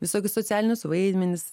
visokius socialinius vaidmenis